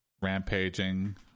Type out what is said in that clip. ...rampaging